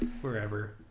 wherever